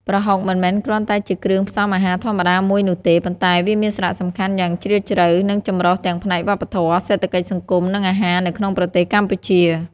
ប្រហុកមិនមែនគ្រាន់តែជាគ្រឿងផ្សំអាហារធម្មតាមួយនោះទេ ប៉ុន្តែវាមានសារៈសំខាន់យ៉ាងជ្រាលជ្រៅ និងចម្រុះទាំងផ្នែកវប្បធម៌ សេដ្ឋកិច្ច សង្គម និងអាហារនៅក្នុងប្រទេសកម្ពុជា។